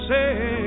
Say